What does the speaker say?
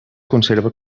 conserva